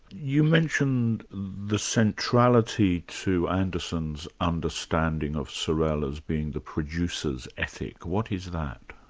you mentioned the centrality to anderson's understanding of sorel as being the producer's ethic what is that?